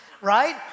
right